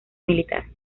militar